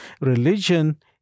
religion